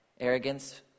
Arrogance